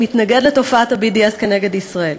מתנגד לתופעת ה-BDS כנגד ישראל.